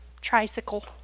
tricycle